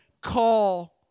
call